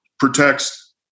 Protects